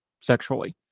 sexually